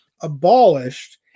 abolished